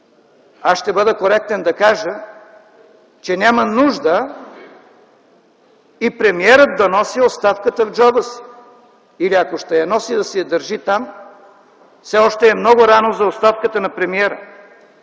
Аз ще бъда коректен да кажа, че няма нужда и премиерът да носи оставката в джоба си или, ако ще я носи, да си я държи там. Все още е много рано за оставката на премиера.